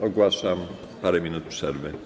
Ogłaszam parę minut przerwy.